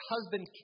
husband